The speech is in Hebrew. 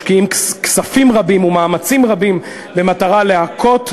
משקיעים כספים רבים ומאמצים רבים במטרה להכות,